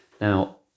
Now